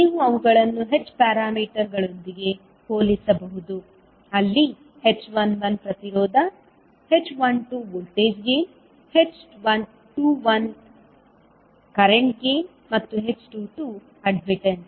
ನೀವು ಅವುಗಳನ್ನು h ಪ್ಯಾರಾಮೀಟರ್ಗಳೊಂದಿಗೆ ಹೋಲಿಸಬಹುದು ಅಲ್ಲಿ h11 ಪ್ರತಿರೋಧ h12 voltage gain h21 current gain ಮತ್ತು h22 ಅಡ್ಮಿಟ್ಟನ್ಸ್